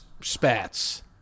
spats